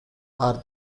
are